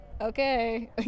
okay